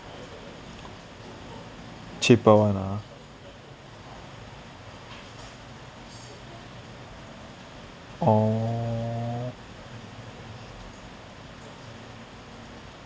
cheaper one lah oh